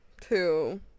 Two